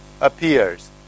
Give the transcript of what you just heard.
appears